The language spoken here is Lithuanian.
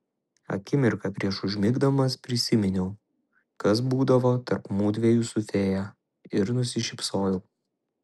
akimirką prieš užmigdamas prisiminiau kas būdavo tarp mudviejų su fėja ir nusišypsojau